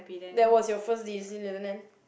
that was your first